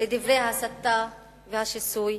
לדברי ההסתה והשיסוי,